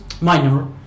minor